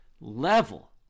level